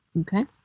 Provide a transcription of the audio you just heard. Okay